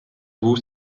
uus